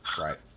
Right